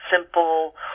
simple